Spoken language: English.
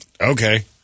Okay